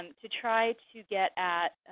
um to try to get at